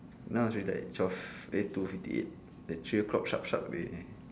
now is already like twelve eh two fifty eight then three o'clock sharp sharp